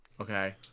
Okay